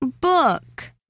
Book